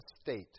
state